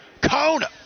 kona